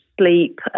sleep